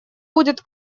будет